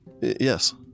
Yes